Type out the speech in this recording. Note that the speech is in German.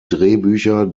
drehbücher